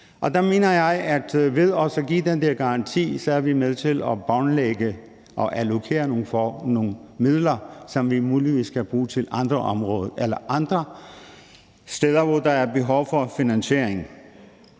ved at give den der garanti er med til at båndlægge og allokere nogle midler, som vi muligvis kan bruge andre steder, hvor der er behov for finansiering.